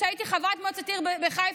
כשהייתי חברת מועצת עיר בחיפה,